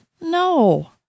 No